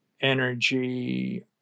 energy